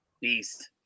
beast